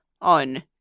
on